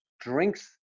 drinks